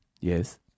Yes